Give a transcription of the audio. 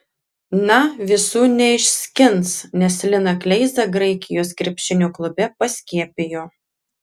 na visų neišskins nes liną kleizą graikijos krepšinio klube paskiepijo